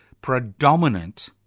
predominant